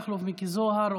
מכלוף מיקי זוהר,